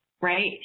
right